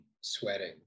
sweating